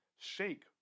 Shake